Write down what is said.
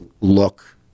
look